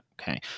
Okay